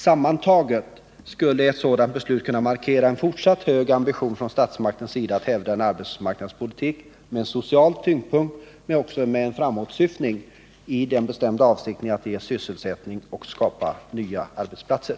Sammantaget skulle ett sådant beslut kunna markera en fortsatt hög ambition hos statsmakterna att hävda en arbetsmarknadspolitik med en social tyngdpunkt men också med en framåtsyftning i den bestämda avsikten att ge sysselsättning och skapa nya arbetsplatser,